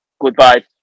goodbye